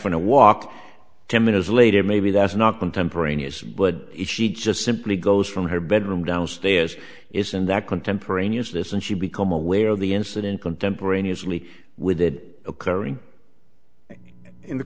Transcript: from a walk ten minutes later maybe that's not contemporaneous but if she just simply goes from her bedroom downstairs isn't that contemporaneous this and she become aware of the incident contemporaneously with it occurring in the